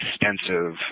extensive